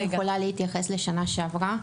אני יכולה להתייחס לשנה שעברה?